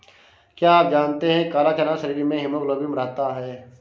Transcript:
क्या आप जानते है काला चना शरीर में हीमोग्लोबिन बढ़ाता है?